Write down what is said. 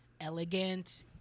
elegant